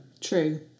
True